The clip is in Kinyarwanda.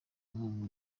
inkunga